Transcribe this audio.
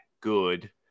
good